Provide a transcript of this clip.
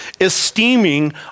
Esteeming